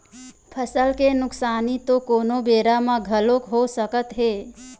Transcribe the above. फसल के नुकसानी तो कोनो बेरा म घलोक हो सकत हे